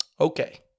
Okay